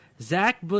Zach